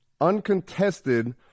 uncontested